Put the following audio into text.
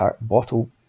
bottle